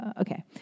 okay